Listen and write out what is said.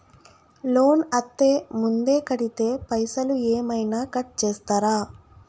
Loan అత్తే ముందే కడితే పైసలు ఏమైనా కట్ చేస్తరా?